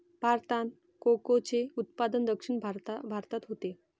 भारतात कोकोचे उत्पादन दक्षिण भारतात होते